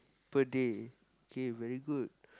per day okay very good